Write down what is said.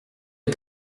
les